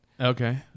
Okay